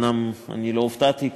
שאומנם אני לא הופתעתי,